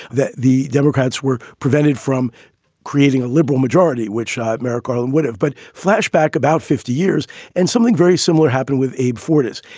that the democrats were prevented from creating a liberal majority, which merrick garland would have. but flashback, about fifty years and something very similar happened with abe fortas.